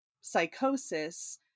psychosis